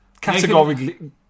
Categorically